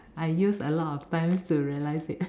I use a lot of time to realize it